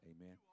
Amen